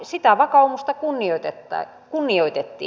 sitä vakaumusta kunnioitettiin